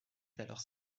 alors